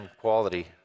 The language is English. quality